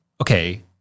okay